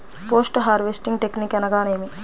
Post harvesting technique అనగా నేమి?